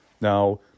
Now